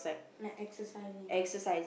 like exercising